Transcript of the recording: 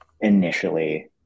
initially